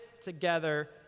together